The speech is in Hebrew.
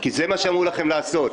כי זה מה שאמרו לכם לעשות,